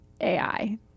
AI